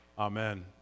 Amen